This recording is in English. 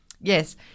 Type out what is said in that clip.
Yes